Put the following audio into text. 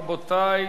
רבותי,